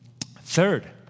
third